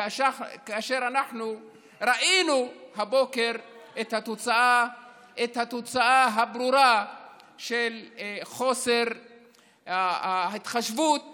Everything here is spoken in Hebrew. כאשר אנחנו ראינו הבוקר את התוצאה הברורה של חוסר ההתחשבות